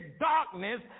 Darkness